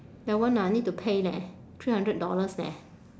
that one ah need to pay leh three hundred dollars leh